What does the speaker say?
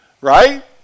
right